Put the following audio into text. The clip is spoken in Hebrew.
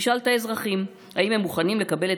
נשאל את האזרחים אם הם מוכנים לקבל את